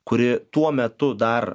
kuri tuo metu dar